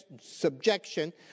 subjection